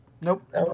Nope